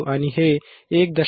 आणि हे 1